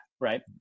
Right